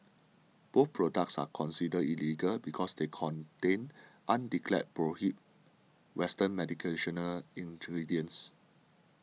both products are considered illegal because they contain undeclared prohibited western medicinal ingredients